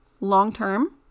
long-term